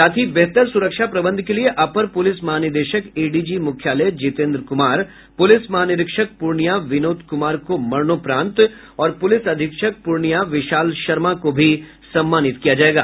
साथ ही बेहतर सुरक्षा प्रबंध के लिए अपर पुलिस महानिदेशक एडीजी मुख्यालय जितेन्द्र कुमार पुलिस महानिरीक्षक पूर्णिया विनोद कुमार को मरणोपरांत और पुलिस अधीक्षक पूर्णिया विशाल शर्मा को भी सम्मानित किया जायेगा